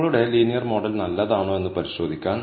നിങ്ങളുടെ linear model നല്ലതാണോ എന്ന് പരിശോധിക്കാൻ